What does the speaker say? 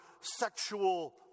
sexual